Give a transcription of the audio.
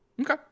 okay